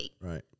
Right